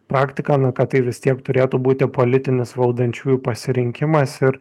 praktiką nu kad tai vis tiek turėtų būti politinis valdančiųjų pasirinkimas ir